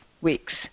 weeks